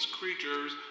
creatures